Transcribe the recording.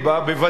ודאי,